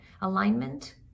alignment